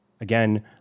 Again